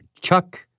Chuck